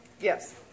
Yes